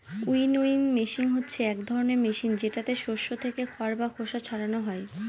winnowing machine হচ্ছে এক ধরনের মেশিন যেটাতে শস্য থেকে খড় বা খোসা ছারানো হয়